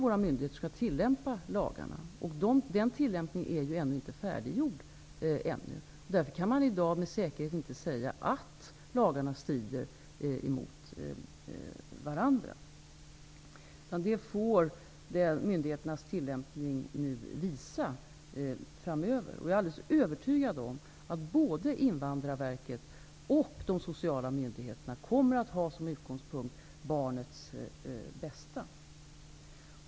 Våra myndigheter skall tillämpa lagarna, och tillämpningen av lagarna i det här fallet är ännu inte färdiggjord. Därför kan man i dag inte med säkerhet säga att lagarna strider mot varandra. Myndigheternas tillämpning av lagarna framöver får visa om så är fallet. Jag är alldeles övertygad om att både Invandrarverket och de sociala myndigheterna kommer att ha barnets bästa som utgångspunkt.